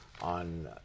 on